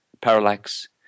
parallax